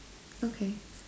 okay